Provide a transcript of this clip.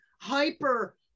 hyper